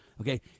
Okay